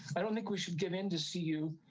i don't think we should get into. see you,